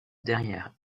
derrière